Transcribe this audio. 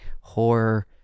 horror